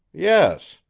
yes,